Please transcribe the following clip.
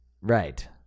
Right